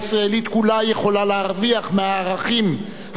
להרוויח מהערכים המנחים את החג הזה,